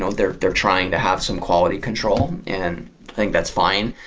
so they're there trying to have some quality control, and i think that's fine.